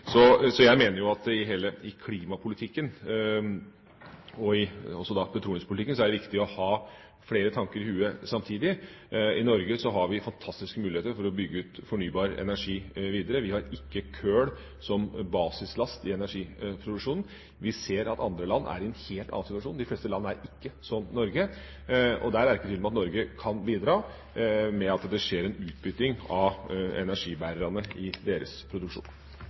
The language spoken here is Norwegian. Så jeg mener at i klimapolitikken og i petroleumspolitikken er det viktig å ha flere tanker i hodet samtidig. I Norge har vi fantastiske muligheter til å bygge ut fornybar energi videre. Vi har ikke kull som basislast i energiproduksjonen. Vi ser at andre land er i en helt annen situasjon. De fleste land er ikke som Norge. Det er ikke tvil om at Norge kan bidra til at det skjer en utbytting av energibærerne i deres produksjon.